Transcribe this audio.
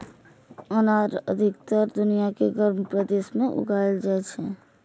अनार अधिकतर दुनिया के गर्म प्रदेश मे उगाएल जाइ छै